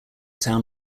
town